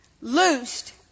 Loosed